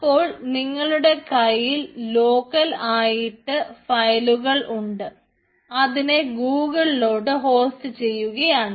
അപ്പോൾ നിങ്ങളുടെ കയ്യിൽ ലോക്കൽ ആയിട്ട് ഫയലുകൾ ഉണ്ട് അതിനെ ഗൂഗിൾലോട്ട് ഹോസ്റ്റ് ചെയ്യുകയാണ്